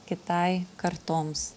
kitai kartoms